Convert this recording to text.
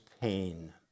pain